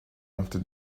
after